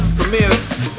Premier